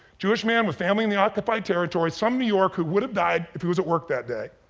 jewish man with family in the occupied territories, some new york who would've died if he was at work that day,